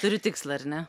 turiu tikslą ar ne